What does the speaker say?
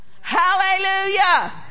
hallelujah